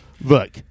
Look